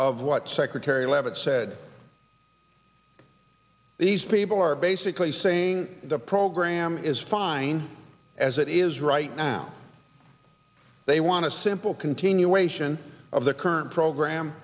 of what secretary leavitt said these people are basically saying the program is fine as it is right now they want a simple continuation of the current program